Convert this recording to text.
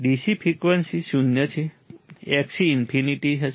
DC frequency શૂન્ય છે Xc infinity હશે